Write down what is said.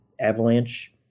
avalanche